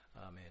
Amen